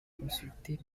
consulté